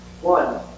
one